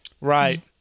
Right